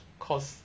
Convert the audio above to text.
cause